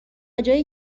جایی